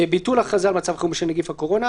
ביטול הכרזה על מצב חירום בשל נגיף הקורונה.